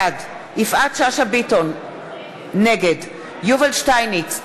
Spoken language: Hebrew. בעד יפעת שאשא ביטון, נגד יובל שטייניץ,